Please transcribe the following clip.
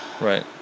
Right